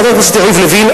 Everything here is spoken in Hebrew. חבר הכנסת יריב לוין,